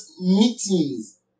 meetings